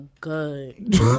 good